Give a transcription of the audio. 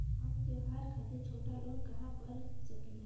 हम त्योहार खातिर छोटा लोन कहा पा सकिला?